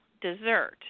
dessert